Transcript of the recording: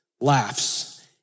laughs